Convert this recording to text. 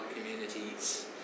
communities